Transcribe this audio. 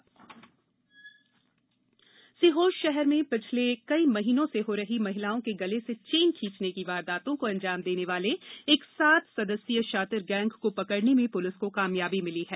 चोर गिरोह सीहोर शहर में पिछले कई महीनों से हो रही महिलाओं के गले से चेन खींचने की वारदातों को अंजाम देने वाले एक सात सदस्यीय के शातिर गैंग को पकड़ने में पुलिस को कामयाबी मिली है